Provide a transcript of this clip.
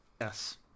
yes